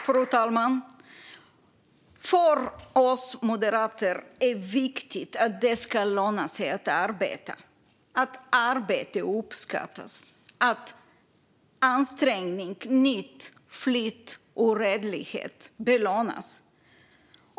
Fru talman! För oss moderater är det viktigt att det ska löna sig att arbeta - att arbete uppskattas och att ansträngning, nit, flit och redlighet belönas.